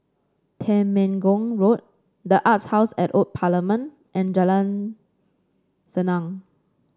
Temenggong Road the Arts House at The Old Parliament and Jalan Senang